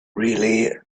really